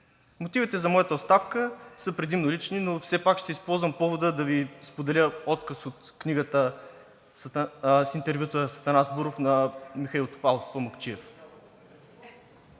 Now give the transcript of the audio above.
Мотивите за моята оставка са предимно лични, но все пак ще използвам повода да Ви споделя откъс от книгата с интервюта с Атанас Буров на Михаил Топалов Памукчиев.